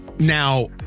now